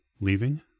leaving